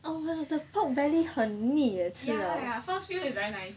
oh the pork belly 很腻 leh 吃了